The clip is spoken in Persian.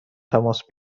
تماس